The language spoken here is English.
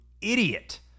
idiot